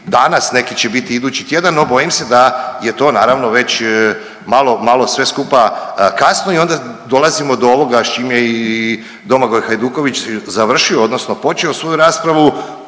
danas, neki će biti idući tjedan, no bojim se da je to naravno već malo sve skupa kasno i onda dolazimo do ovoga s čim je i Domagoj Hajduković završio odnosno počeo svoju raspravu